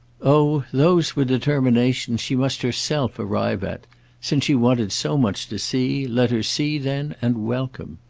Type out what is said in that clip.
oh those were determinations she must herself arrive at since she wanted so much to see, let her see then and welcome.